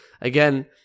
again